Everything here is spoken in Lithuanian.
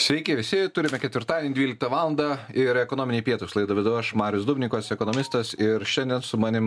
sveiki visi turime ketvirtadienį dvyliktą valandą ir ekonominiai pietūs laidą vedu aš marius dubnikovas ekonomistas ir šiandien su manim